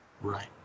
Right